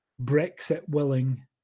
Brexit-willing